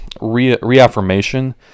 reaffirmation